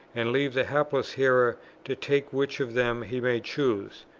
and leave the hapless hearer to take which of them he may choose.